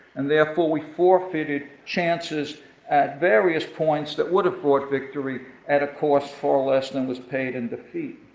and therefore we forfeited chances at various points that would have brought victory at a cost far less than was paid in defeat.